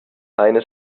eines